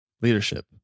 Leadership